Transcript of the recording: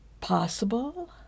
possible